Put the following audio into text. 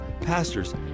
pastors